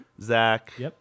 Zach